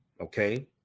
Okay